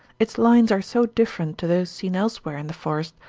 its lines are so different to those seen elsewhere in the forest,